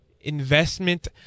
investment